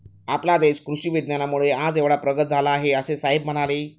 आपला देश कृषी विज्ञानामुळे आज एवढा प्रगत झाला आहे, असे साहेब म्हणाले